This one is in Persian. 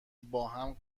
باهم